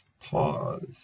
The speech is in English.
pause